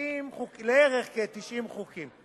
חוקים, בערך 90 חוקים.